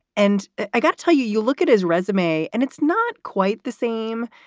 and i got to tell you, you look at his resume and it's not quite the same,